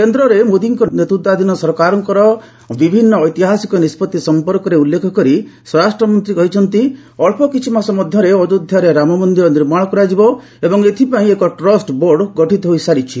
କେନ୍ଦ୍ରରେ ମୋଦୀଙ୍କ ନେତୃତ୍ୱାଧୀନ ସରକାରଙ୍କର ବିଭିନ୍ନ ଐତିହାସିକ ନିଷ୍ପଭି ସମ୍ପର୍କରେ ଉଲ୍ଲେଖ କରି ସ୍ୱରାଷ୍ଟ୍ରମନ୍ତ୍ରୀ କହିଛନ୍ତି ଅଳ୍ପ କିଛି ମାସ ମଧ୍ୟରେ ଅଯୋଧ୍ୟାରେ ରାମମନ୍ଦିର ନିର୍ମାଣ କରାଯିବ ଏବଂ ଏଥିପାଇଁ ଏକ ଟ୍ରଷ୍ଟବୋର୍ଡ ଗଠିତ ହୋଇସାରିଛି